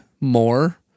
more